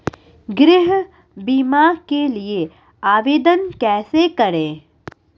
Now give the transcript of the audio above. गृह बीमा के लिए आवेदन कैसे करें?